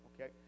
Okay